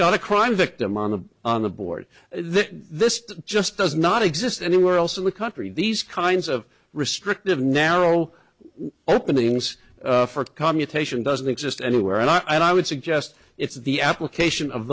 got a crime victim on the on the board this just does not exist anywhere else in the country these kinds of restrictive narrow openings for commutation doesn't exist anywhere and i would suggest it's the application of